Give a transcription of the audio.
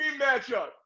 matchup